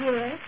Yes